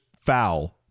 foul